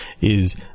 is-